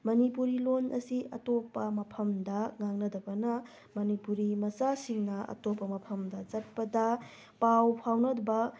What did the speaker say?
ꯃꯅꯤꯄꯨꯔꯤ ꯂꯣꯟ ꯑꯁꯤ ꯑꯇꯣꯞꯄ ꯃꯐꯝꯗ ꯉꯥꯡꯅꯗꯕꯅ ꯃꯅꯤꯄꯨꯔꯤ ꯃꯆꯥꯁꯤꯡꯅ ꯑꯇꯣꯞꯄ ꯃꯐꯝꯗ ꯆꯠꯄꯗ ꯄꯥꯎ ꯐꯥꯎꯅꯗꯕ